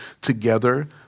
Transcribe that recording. together